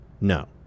No